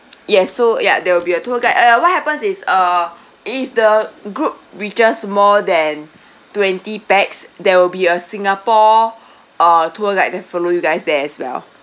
yes so ya there will be a tour guide uh what happens is uh if the group we just more than twenty pax there will be a singapore uh tour guide that follow you guys there as well